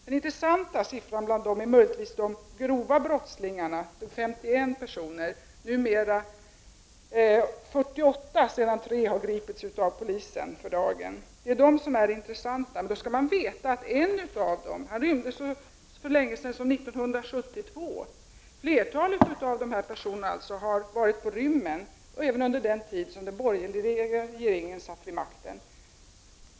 Den intressanta siffran är möjligtvis antalet grova brottslingar på fri fot; då var den siffran 51 personer, numera är den 48, sedan tre i dagarna har gripits av polisen. Det är denna siffra som är den intressanta. Men då skall man också veta att en av dessa brottslingar rymde för så länge sedan som 1972. Flertalet av dessa personer har alltså varit på rymmen även under den tid då den borgerliga regeringen satt vid makten.